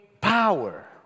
power